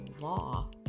law